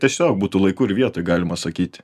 tiesiog būtų laiku ir vietoj galima sakyti